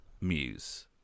Muse